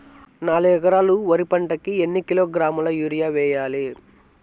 నాలుగు ఎకరాలు వరి పంటకి ఎన్ని కిలోగ్రాముల యూరియ వేయాలి?